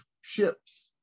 ships